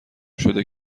شده